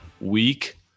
week